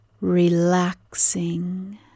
Relaxing